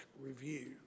review